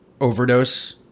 overdose